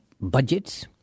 budgets